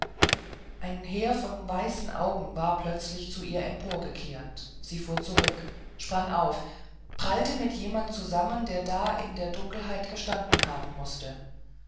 ein heer von weißen augen war plötzlich zu ihr emporgekehrt sie fuhr zurück sprang auf prallte mit jemand zusammen der da in der dunkelheit gestanden haben mußte